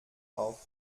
auf